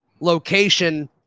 location